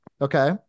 Okay